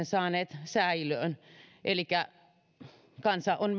saaneet säilöön elikkä kansa on